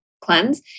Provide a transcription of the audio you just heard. cleanse